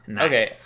okay